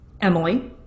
emily